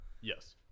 Yes